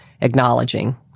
acknowledging